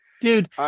dude